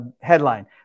headline